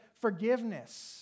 forgiveness